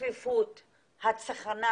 הצפיפות והצחנה